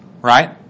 Right